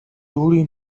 өөрийн